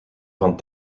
van